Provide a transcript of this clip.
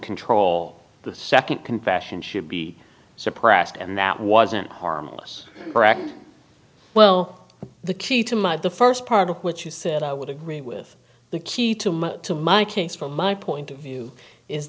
control the second confession should be suppressed and that wasn't harmless well the key to my the first part of what you said i would agree with the key to my to my case from my point of view is